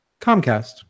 Comcast